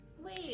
Wait